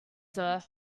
sir